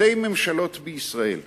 שתי ממשלות בישראל,